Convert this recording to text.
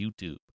YouTube